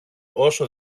όσο